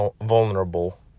vulnerable